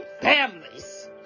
families